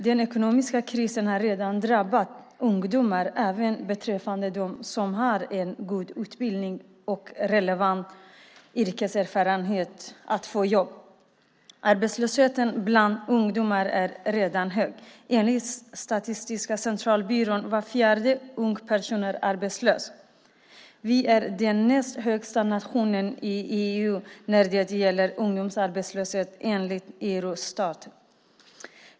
Den ekonomiska krisen har redan drabbat de ungdomar som har en god utbildning och relevant yrkeserfarenhet. De har svårt att få jobb. Arbetslösheten bland ungdomar är redan hög. Enligt Statistiska centralbyrån är var fjärde ung person arbetslös. Vi ligger näst högst bland nationerna i EU när det gäller ungdomsarbetslöshet enligt Eurostat.